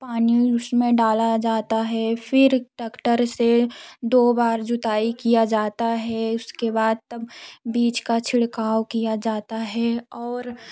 पानी उसमें डाला जाता है फ़िर टक्टर से दो बार जुताई किया जाता है उसके बाद तब बीज का छिड़काव किया जाता है और